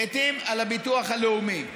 לעיתים על הביטוח הלאומי.